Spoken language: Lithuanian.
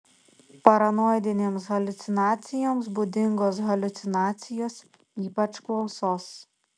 paranoidinėms haliucinacijoms būdingos haliucinacijos ypač klausos